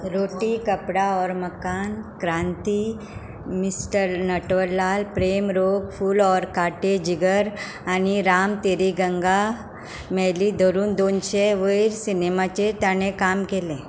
रोटी Kapda Aur Makaan Kranti mister Natwarlal Prem Rog Phool Aur Kaante Jigar आनी राम तेरी गंगा मैली धरून दोनशे वयर सिनेमांचेर ताणे काम केलें